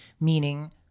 meaning